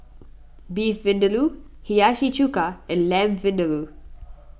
Beef Vindaloo Hiyashi Chuka and Lamb Vindaloo